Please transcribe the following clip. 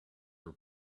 were